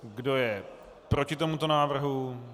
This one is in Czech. Kdo je proti tomuto návrhu?